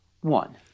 one